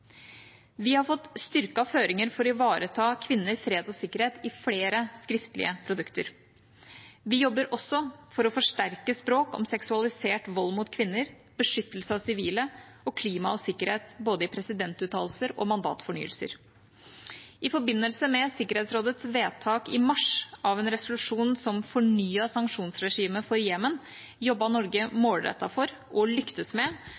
Vi har fått styrkede føringer for å ivareta kvinner, fred og sikkerhet i flere skriftlige produkter. Vi jobber også for å forsterke språk om seksualisert vold mot kvinner, beskyttelse av sivile og klima og sikkerhet i både presidentuttalelser og mandatfornyelser. I forbindelse med Sikkerhetsrådets vedtak i mars av en resolusjon som fornyet sanksjonsregimet for Jemen, jobbet Norge målrettet for – og lyktes med